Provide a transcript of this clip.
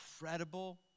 incredible